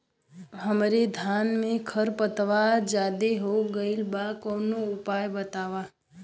हमरे धान में खर पतवार ज्यादे हो गइल बा कवनो उपाय बतावा?